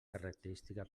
característica